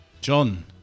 John